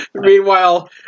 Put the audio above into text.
Meanwhile